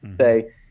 say